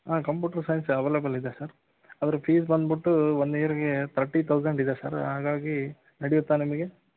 ಹಾಂ computer science available ಇದೆ sir ಅದರ ಫೀಸ್ ಬಂದುಬಿಟ್ಟು ಒನ್ ಯಿಯರ್ಗೆ ತರ್ಟಿ ತೌಸಂಡ್ ಇದೆ ಸರ್ ಹಾಗಾಗಿ ನಡಿಯುತ್ತಾ ನಿಮಗೆ